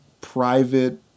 private